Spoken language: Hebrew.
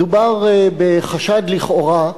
מדובר בחשד לכאורה,